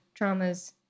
traumas